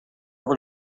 over